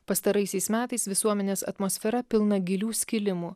pastaraisiais metais visuomenės atmosfera pilna gilių skilimų